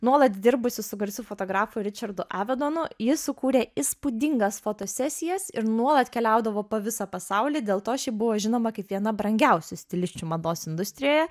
nuolat dirbusi su garsiu fotografu ričardu avedonu ji sukūrė įspūdingas fotosesijas ir nuolat keliaudavo po visą pasaulį dėl to šiaip buvo žinoma kaip viena brangiausių stilisčių mados industrijoje